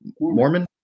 Mormon